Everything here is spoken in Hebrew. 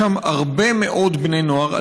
יש שם הרבה מאוד בני נוער,